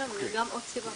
כן, זו גם עוד סיבה.